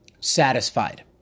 satisfied